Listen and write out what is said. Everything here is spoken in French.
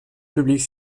publique